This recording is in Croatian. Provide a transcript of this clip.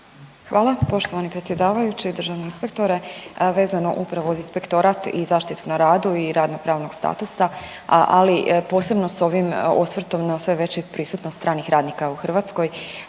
Hvala poštovani predsjedavajući, državni inspektore. Vezano upravo za Inspektorat i zaštitu na radu i radnopravnog statusa, ali posebno sa ovim osvrtom na sve veću prisutnost stranih radnika u Hrvatskoj.